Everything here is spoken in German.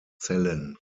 zellen